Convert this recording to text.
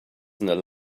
not